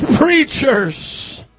preachers